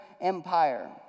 empire